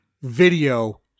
Video